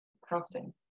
crossing